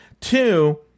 two